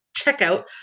checkout